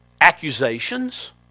accusations